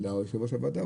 ליושב ראש הועדה,